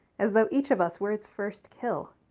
as though each of us were its first kill.